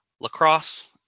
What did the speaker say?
lacrosse